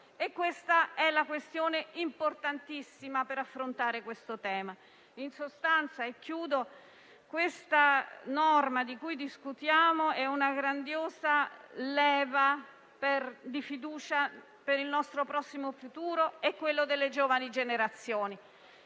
questa la questione importantissima per affrontare il tema. In sostanza, la norma di cui discutiamo è una grandiosa leva di fiducia per il nostro prossimo futuro e per quello delle giovani generazioni.